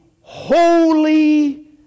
holy